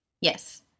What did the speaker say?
Yes